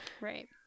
Right